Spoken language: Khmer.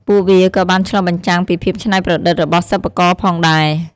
ពួកវាក៏បានឆ្លុះបញ្ចាំងពីភាពច្នៃប្រឌិតរបស់សិប្បករផងដែរ។